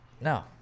no